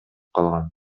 калган